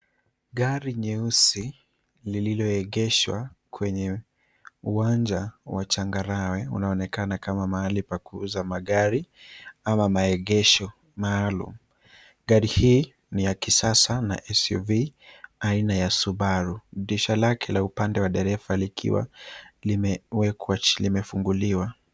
Gari nyeusi lililoegeshwa kwenye uwanja wa changarawe unaonekana kama mahali pa kuuza magari ama maegesho maalum. Gari hii ni ya kisasa na SUV aina ya Subaru. Dirisha lake la upande wa dereva likiwa limefunguliwa.